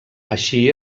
així